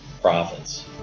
profits